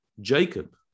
Jacob